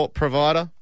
provider